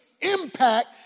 impact